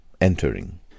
Entering